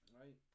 Right